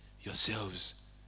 yourselves